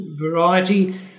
variety